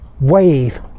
wave